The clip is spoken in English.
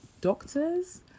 doctors